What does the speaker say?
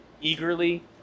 eagerly